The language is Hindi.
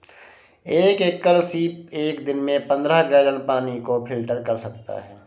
एक एकल सीप एक दिन में पन्द्रह गैलन पानी को फिल्टर कर सकता है